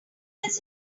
does